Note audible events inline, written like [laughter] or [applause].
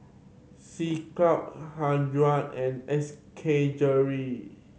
C Cube [unintelligible] and S K Jewellery